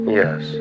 yes